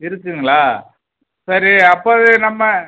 இருக்குங்களா சரி அப்போ அது நம்ம